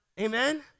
Amen